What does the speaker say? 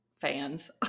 fans